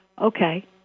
Okay